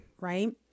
Right